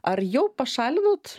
ar jau pašalinot